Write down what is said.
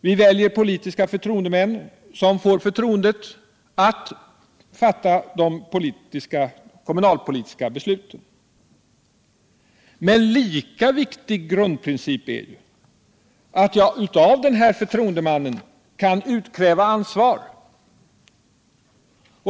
Vi väljer politiska förtroendemän som får förtroende att fatta de kommunalpolitiska besluten. Men en lika viktig grundprincip är att jag av en förtroendeman kan utkräva ansvar.